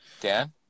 Dan